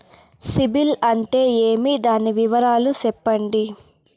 సిబిల్ అంటే ఏమి? దాని వివరాలు సెప్పండి?